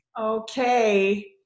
Okay